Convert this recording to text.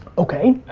okay.